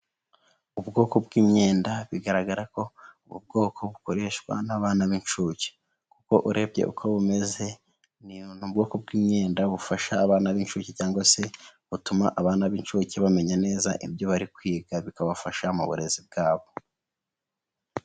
Ubwoko bw'imyenda, bigaragara ko ubwo bwoko bukoreshwa n'abana b'inshuke. Kuko urebye uko bumeze ni ubwoko bw'imyenda bufasha abana b'incuke cyangwa se butuma abana b'incuke bamenya neza ibyo bari kwiga bikabafasha mu burezi bwabo.